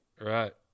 Right